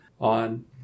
On